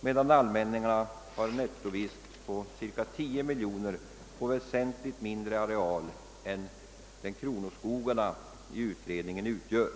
medan allmänningarna har en nettovinst på cirka 10 miljoner på väsentligt mindre areal än den som de av utredningen berörda kronoskogarna omfattade.